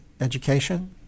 education